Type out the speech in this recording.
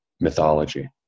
mythology